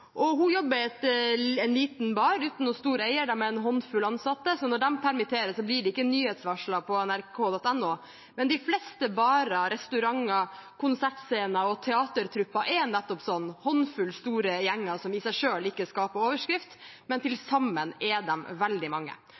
Hun jobber i en liten bar uten noen store eiere, med en håndfull ansatte, så når de permitteres, blir det ikke nyhetsvarsler på nrk.no. De fleste barer, restauranter, konsertscener og teatertrupper er nettopp sånn, en håndfull store gjenger som i seg selv ikke skaper overskrifter, men til sammen er de veldig mange.